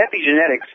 epigenetics